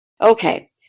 Okay